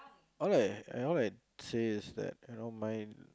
all I all I say is that you know mine